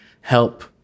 help